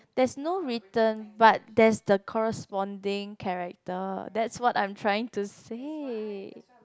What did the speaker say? there's no written but there's the corresponding character that's what I'm trying to say